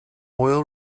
oil